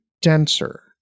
denser